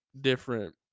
different